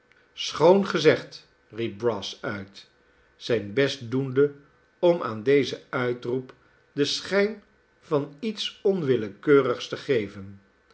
schoon gezegd riep brass uit zijn best doende om aan dezen uitroep den schijn van iets onwillekeurigs te geven